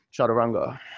Chaturanga